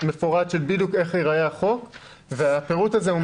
מפורט של בדיוק האומר איך בדיוק ייראה החוק והפירוט הזה הוא משמעותי.